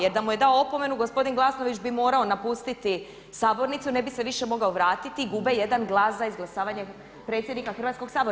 Jer da mu je dao opomenu gospodin Glasnović bi morao napustiti sabornicu, ne bi se više mogao vratiti, gube jedan glas za izglasavanje predsjednika Hrvatskog sabora.